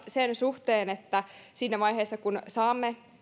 sen suhteen että siinä vaiheessa kun saamme